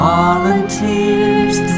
Volunteers